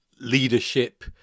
leadership